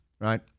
right